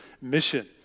mission